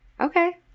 Okay